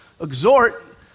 Exhort